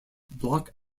block